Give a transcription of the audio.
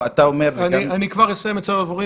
אסיים את סבב הדוברים